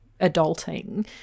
adulting